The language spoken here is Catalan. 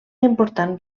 important